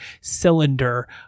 cylinder